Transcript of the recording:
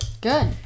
Good